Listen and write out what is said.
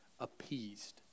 appeased